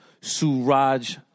Suraj